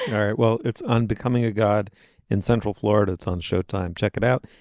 right. well it's unbecoming a god in central florida it's on showtime. check it out.